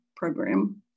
program